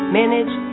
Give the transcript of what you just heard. manage